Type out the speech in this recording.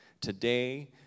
Today